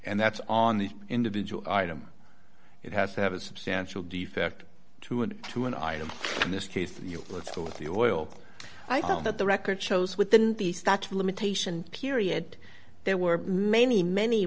and that's on the individual item it has to have a substantial defect to it to an item in this case the let's go with the oil i think that the record shows within the statute of limitation period there were many many